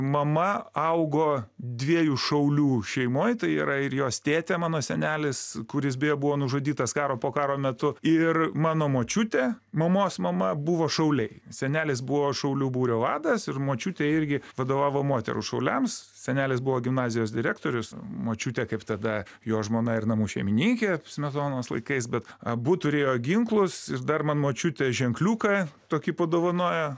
mama augo dviejų šaulių šeimoj tai yra ir jos tėtė mano senelis kuris beje buvo nužudytas karo po karo metu ir mano močiutė mamos mama buvo šauliai senelis buvo šaulių būrio vadas ir močiutė irgi vadovavo moterų šauliams senelis buvo gimnazijos direktorius močiutė kaip tada jo žmona ir namų šeimininkė smetonos laikais bet abu turėjo ginklus ir dar man močiutė ženkliuką tokį padovanojo